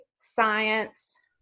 science